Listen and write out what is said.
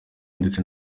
ndetse